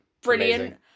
Brilliant